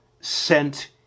sent